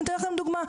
אני אתן לכם דוגמה.